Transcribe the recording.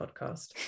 podcast